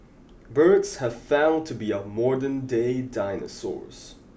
birds have found to be our modernday dinosaurs